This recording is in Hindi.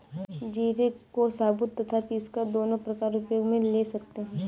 जीरे को साबुत तथा पीसकर दोनों प्रकार उपयोग मे ले सकते हैं